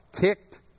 kicked